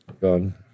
Gone